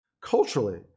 Culturally